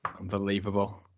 Unbelievable